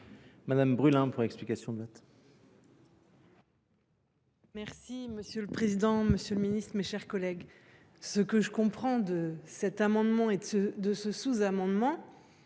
Céline Brulin, pour explication de vote.